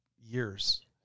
years